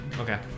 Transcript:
okay